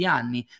anni